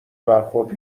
برخورد